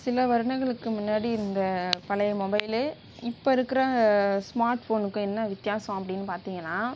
சில வருடங்களுக்கு முன்னாடி இருந்த பழைய மொபைலு இப்போ இருக்கிற ஸ்மார்ட் ஃபோனுக்கும் என்ன வித்யாசம் அப்டின்னு பார்த்தீங்கன்னா